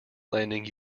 landing